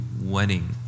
wedding